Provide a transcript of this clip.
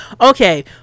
Okay